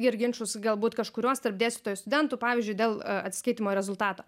ir ginčus galbūt kažkurios tarp dėstytojų studentų pavyzdžiui dėl atsiskaitymo rezultato